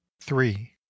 three